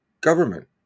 government